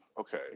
Okay